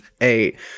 eight